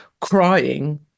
crying